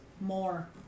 more